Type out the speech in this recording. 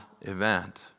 event